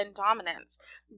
dominance